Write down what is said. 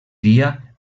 dia